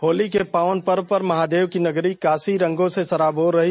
होली के पावन पर्व पर महादेव की नगरी काशी रंगों से सराबोर रही